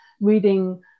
reading